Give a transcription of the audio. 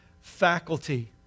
faculty